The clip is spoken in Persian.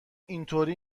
اینطوری